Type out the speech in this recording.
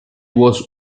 was